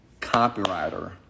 copywriter